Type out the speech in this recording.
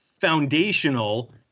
foundational